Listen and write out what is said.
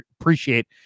appreciate